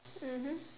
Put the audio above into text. mmhmm